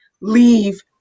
leave